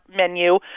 menu